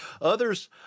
others